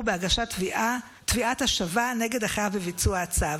בהגשת תביעת השבה נגד החייב בביצוע הצו.